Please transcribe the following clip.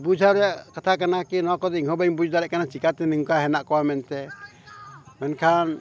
ᱵᱩᱡᱷᱟᱹᱣ ᱨᱮᱭᱟᱜ ᱠᱟᱛᱷᱟ ᱠᱟᱱᱟ ᱠᱤ ᱱᱚᱣᱟ ᱠᱚᱫᱚ ᱤᱧᱦᱚᱸ ᱵᱟᱹᱧ ᱵᱩᱡ ᱫᱟᱲᱮᱭᱟᱜ ᱠᱟᱱᱟ ᱪᱮᱠᱟᱛᱮ ᱱᱚᱝᱠᱟ ᱦᱮᱱᱟᱜ ᱠᱚᱣᱟ ᱢᱮᱱᱛᱮ ᱢᱮᱱᱠᱷᱟᱱ